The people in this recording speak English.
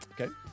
Okay